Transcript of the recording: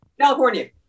California